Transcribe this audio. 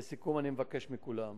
לסיכום, אני מבקש מכולם